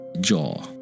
jaw